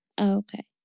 Okay